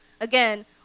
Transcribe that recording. again